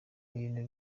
bintu